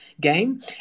game